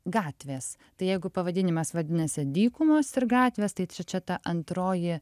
gatvės tai jeigu pavadinimas vadinasi dykumos ir gatvės tai čia čia ta antroji